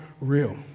real